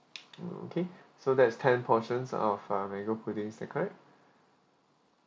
hmm okay so that is ten portions of uh mango pudding is that correct